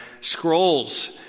scrolls